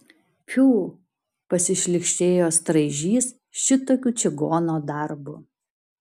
pfu pasišlykštėjo straižys šitokiu čigono darbu